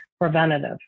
preventative